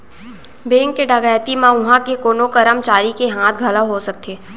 bank के डकैती म उहां के कोनो करमचारी के हाथ घलौ हो सकथे